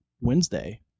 Wednesday